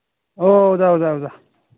ꯑꯣ ꯑꯣꯖꯥ ꯑꯣꯖꯥ ꯑꯣꯖꯥ